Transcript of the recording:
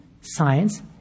science